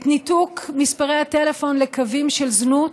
את ניתוק מספרי הטלפון לקווים של זנות,